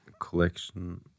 collection